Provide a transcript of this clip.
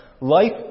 Life